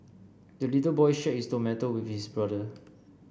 the little boy shared his tomato with his brother